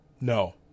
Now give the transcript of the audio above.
No